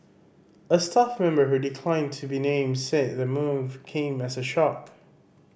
a staff member who declined to be named said the move came as a shock